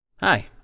Hi